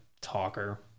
talker